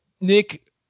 Nick